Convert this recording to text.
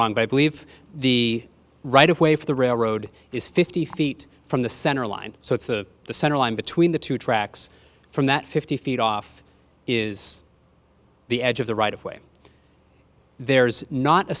wrong but i believe the right of way for the railroad is fifty feet from the center line so it's the center line between the two tracks from that fifty feet off is the edge of the right of way there's not a